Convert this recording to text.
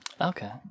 Okay